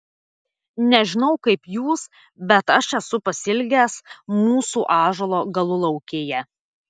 nežinau kaip jūs bet aš esu pasiilgęs mūsų ąžuolo galulaukėje